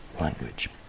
language